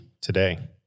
today